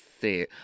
see